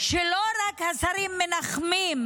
שלא רק השרים ינחמו,